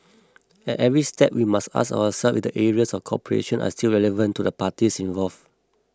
at every step we must ask ourselves if the areas of cooperation are still relevant to the parties involve